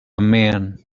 man